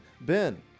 Ben